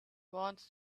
want